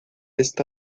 está